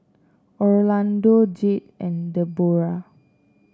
Orlando Jade and Deborah